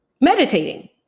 meditating